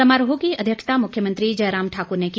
समारोह की अध्यक्षता मुख्यमंत्री जयराम ठाक्र न की